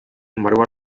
embargo